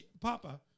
Papa